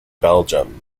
belgium